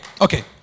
okay